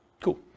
Cool